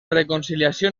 reconciliació